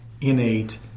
innate